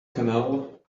canal